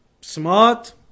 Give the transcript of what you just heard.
smart